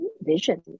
vision